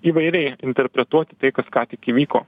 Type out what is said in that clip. įvairiai interpretuoti tai kas ką tik įvyko